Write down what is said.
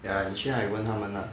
ya 你去哪里问他们 lah